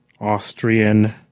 Austrian